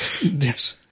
Yes